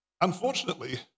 unfortunately